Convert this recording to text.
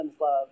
love